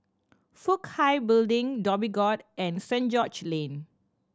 Fook Hai Building Dhoby Ghaut and Saint George Lane